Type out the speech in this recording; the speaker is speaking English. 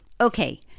Okay